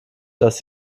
dass